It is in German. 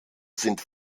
sind